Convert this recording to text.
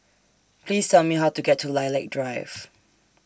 Please Tell Me How to get to Lilac Drive